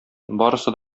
барысы